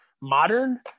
Modern